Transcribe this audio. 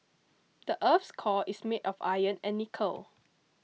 the earth's core is made of iron and nickel